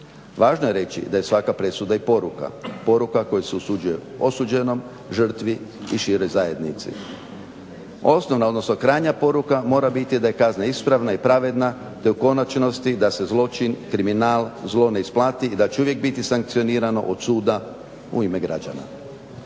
Važno je reći da je svaka presuda i poruka, poruka koja se osuđuje osuđenom, žrtvi i široj zajednici. Osnovna odnosno krajnja poruka mora biti da je kazna ispravna i pravedna te u konačnosti da se zločin, kriminal, zlo ne isplati i da će uvijek biti sankcionirano od suda u ime građana.